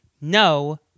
no